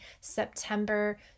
september